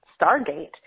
stargate